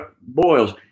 boils